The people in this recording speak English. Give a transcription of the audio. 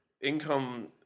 income